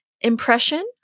impression